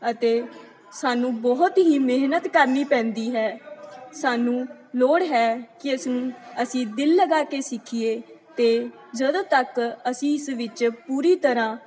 ਅਤੇ ਸਾਨੂੰ ਬਹੁਤ ਹੀ ਮਿਹਨਤ ਕਰਨੀ ਪੈਂਦੀ ਹੈ ਸਾਨੂੰ ਲੋੜ ਹੈ ਕਿ ਅਸੀਂ ਅਸੀਂ ਦਿਲ ਲਗਾ ਕੇ ਸਿੱਖੀਏ ਤੇ ਜਦੋਂ ਤੱਕ ਅਸੀਂ ਇਸ ਵਿੱਚ ਪੂਰੀ ਤਰ੍ਹਾਂ